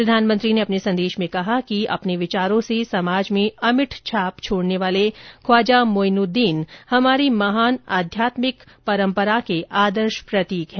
प्रधानमंत्री ने अपने संदेश में कहा कि अपने विचारों से समाज में अमिट छाप छोड़ने वाले ख्वाजा मोईनुददीन हमारी महान आध्यात्मिक महान परंपरा के आदर्श प्रतीक हैं